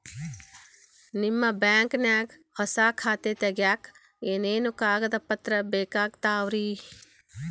ನಿಮ್ಮ ಬ್ಯಾಂಕ್ ನ್ಯಾಗ್ ಹೊಸಾ ಖಾತೆ ತಗ್ಯಾಕ್ ಏನೇನು ಕಾಗದ ಪತ್ರ ಬೇಕಾಗ್ತಾವ್ರಿ?